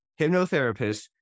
hypnotherapist